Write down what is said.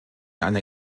einer